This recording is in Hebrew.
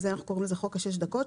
לכן אנחנו קוראים לזה חוק שש הדקות,